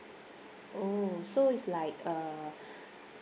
oh so it's like uh